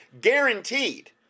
guaranteed